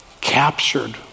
captured